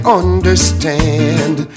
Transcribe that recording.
understand